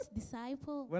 disciple